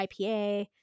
IPA